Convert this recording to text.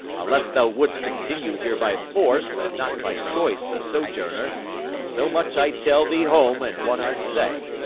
unless thou would'st continue here by force and not by choice a sojourner so much i tell thee home and what i say,